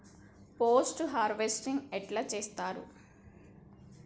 Post harvesting ఎట్ల చేత్తరు?